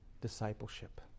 discipleship